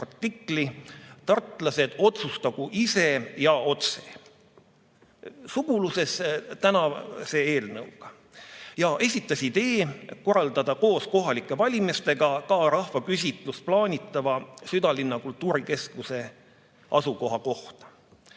artikli "Tartlased otsustagu ise ja otse!". See on suguluses tänase eelnõuga. Ta esitas idee korraldada koos kohalike valimistega ka rahvaküsitlus plaanitava südalinna kultuurikeskuse asukoha kohta.